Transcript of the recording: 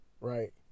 Right